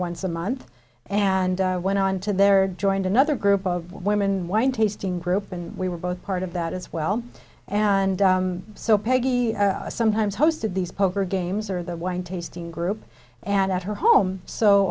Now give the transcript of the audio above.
once a month and went on to their joint another group of women wine tasting group and we were both part of that as well and so peggy sometimes hosted these poker games or the wine tasting group and at her home so